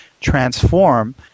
Transform